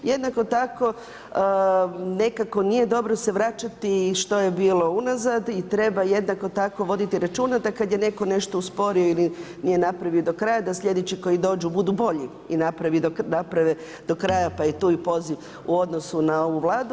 Jednako tako nekako nije dobro se vračati što je bilo unazad i treba jednako tako voditi računa da kad je netko nešto osporio ili nije napravio do kraja, da sljedeći koji dođu budu bolji i naprave do kraja pa je tu i poziv u odnosu na ovu Vladu.